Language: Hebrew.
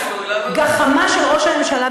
גחמה של ראש הממשלה,